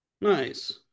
nice